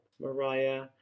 Mariah